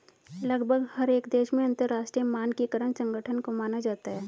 लगभग हर एक देश में अंतरराष्ट्रीय मानकीकरण संगठन को माना जाता है